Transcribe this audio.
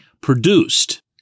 produced